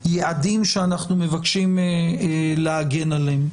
בין יעדים שאנחנו מבקשים להגן עליהם,